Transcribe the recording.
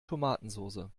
tomatensoße